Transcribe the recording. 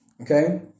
Okay